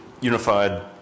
unified